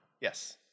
yes